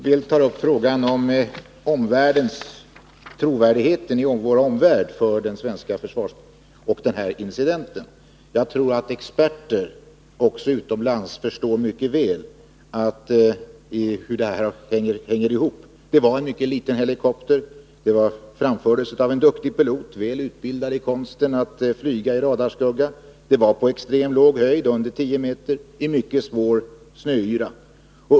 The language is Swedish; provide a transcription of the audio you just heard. Herr talman! Carl Bildt tar upp frågan om trovärdigheten i vår omvärld och den här incidenten. Jag tror att experter också utomlands mycket väl förstår hur det här hänger ihop. Det var en mycket liten helikopter, den framfördes av en mycket duktig pilot, väl utbildad i konsten att flyga i radarskugga, han flög på extremt låg höjd — under tio meter — i mycket svår snöyra.